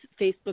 Facebook